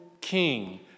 king